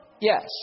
Yes